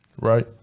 Right